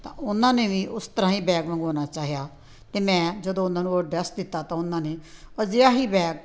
ਤਾਂ ਉਹਨਾਂ ਨੇ ਵੀ ਉਸ ਤਰ੍ਹਾਂ ਇਹ ਬੈਗ ਮੰਗਵਾਉਣਾ ਚਾਹਿਆ ਅਤੇ ਮੈਂ ਜਦੋਂ ਉਹਨਾਂ ਨੂੰ ਉਹ ਅਡਰੈਸ ਦਿੱਤਾ ਤਾਂ ਉਹਨਾਂ ਨੇ ਅਜਿਹਾ ਹੀ ਬੈਗ